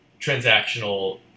transactional